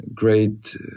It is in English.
great